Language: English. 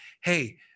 hey